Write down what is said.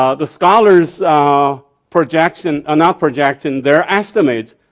ah the scholars ah projection, ah not projection, their estimate,